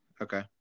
okay